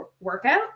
workout